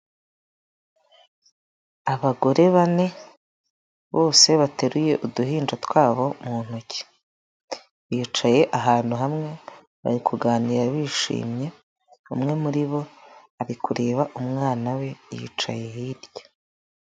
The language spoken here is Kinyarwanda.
Abagore bane bose bateruye uduhinja twabo mu ntoki, bicaye ahantu hamwe bari kuganira bishimye, umwe muri bo ari kureba umwana we yicaye hirya.